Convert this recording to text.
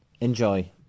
Enjoy